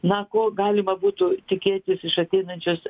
na ko galima būtų tikėtis iš ateinančios